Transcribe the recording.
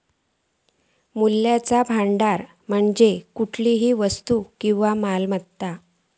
मूल्याचो भांडार म्हणजे खयचीव वस्तू किंवा मालमत्ता